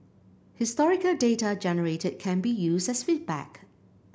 historical data generated can be used as feedback